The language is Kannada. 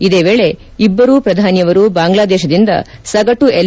ಇದೇ ವೇಳೆ ಇಬ್ಲರೂ ಪ್ರಧಾನಿಯವರು ಬಾಂಗ್ಲಾದೇಶದಿಂದ ಸಗಟು ಎಲ್